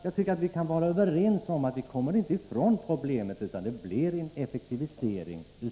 Jag tycker att vi kan vara överens om att en ersättningsinvestering i ett sådant fall medför effektivisering.